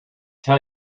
tell